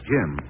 Jim